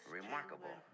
remarkable